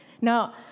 Now